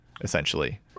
essentially